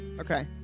Okay